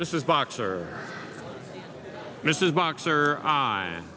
this is boxer mrs boxer